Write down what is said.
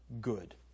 good